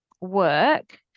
work